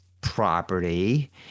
property